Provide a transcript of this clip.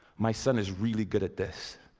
my son is really good at this.